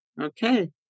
Okay